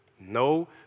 No